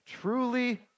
Truly